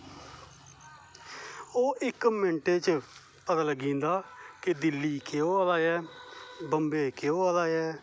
ओह् इक मिन्टे च पता लग्गी जंदा केह् दिल्ली केह् होआ दा ऐ बम्बे केह् होआ दा ऐ